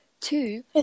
two